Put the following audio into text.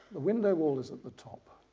the window wall is at the top,